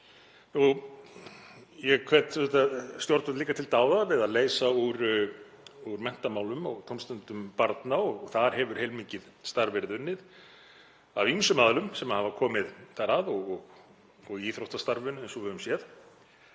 hvet auðvitað stjórnvöld líka til dáða við að leysa úr menntamálum og tómstundum barna. Þar hefur heilmikið starf verið unnið af ýmsum aðilum sem hafa komið þar að og í íþróttastarfinu eins og við höfum séð.